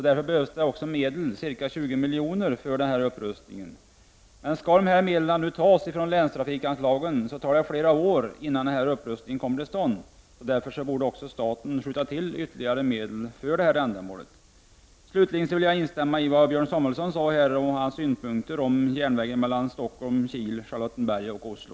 Därför behövs också medel, ca 20 miljoner, till denna upprustning. Om dessa medel skall tas från länstrafikanslagen, tar det flera år innan upprustningen kommer till stånd. Därför borde staten skjuta till ytterligare medel för detta ändamål. Slutligen vill jag instämma i vad Björn Samuelson sade om järnvägen på sträckan Stockholm —Kil—Charlottenberg—-Oslo.